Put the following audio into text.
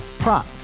Prop